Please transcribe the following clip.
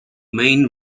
main